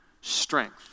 strength